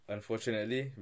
Unfortunately